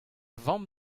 vamm